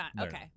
Okay